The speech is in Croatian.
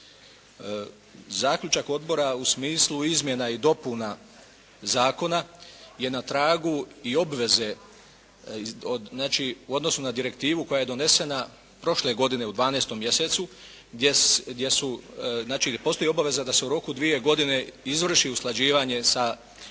Zaključak odbora u smislu izmjena i dopuna zakona je na tragu i obveze od znači u odnosu na direktivu koja je donesena prošle godine u 12. mjesecu, gdje su, znači gdje postoji obaveza da se u roku od dvije godine izvrši usklađivanje sa navedenom